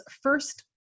first